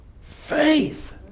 Faith